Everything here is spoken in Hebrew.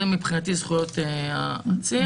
זה מבחינתי זכויות העציר.